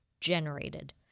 generated